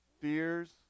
fears